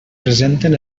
presenten